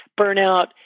burnout